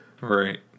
Right